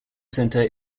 centre